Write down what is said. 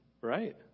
right